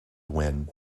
wynne